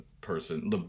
person